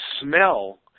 smell